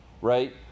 right